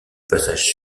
passage